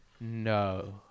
no